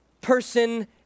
person